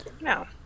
No